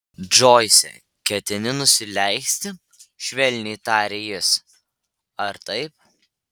džoise ketini nusileisti švelniai tarė jis ar taip